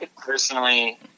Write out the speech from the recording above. personally